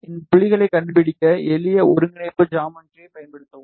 இந்த புள்ளிகளைக் கண்டுபிடிக்க எளிய ஒருங்கிணைப்பு ஜாமெட்ரியை பயன்படுத்தவும்